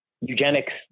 eugenics